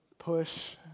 push